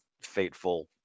fateful